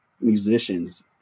musicians